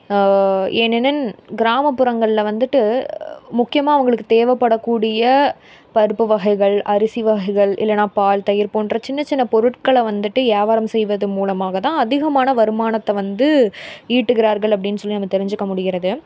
ஏனெனின் கிராமப்புறங்களில் வந்துவிட்டு முக்கியமாக அவங்களுக்கு தேவைப்படக்கூடிய பருப்பு வகைகள் அரிசி வகைகள் இல்லைன்னா பால் தயிர் போன்ற சின்ன சின்ன பொருட்களை வந்துவிட்டு வியாபாரம் செய்வது மூலமாக தான் அதிகமான வருமானத்தை வந்து ஈட்டுகிறார்கள் அப்படின் சொல்லி நம்ம தெரிஞ்சிக்க முடிகிறது